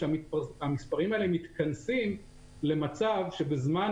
שהמספרים האלה מתכנסים למצב שבזמן